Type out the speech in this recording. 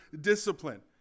discipline